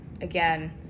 again